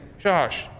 Josh